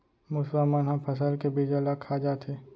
मुसवा मन ह फसल के बीजा ल खा जाथे